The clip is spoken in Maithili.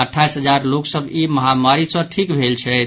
अठाइस हजार लोकसभ ई महामारी सॅ ठीक भेल छथि